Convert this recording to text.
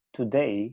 today